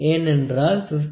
ஏனென்றால் 51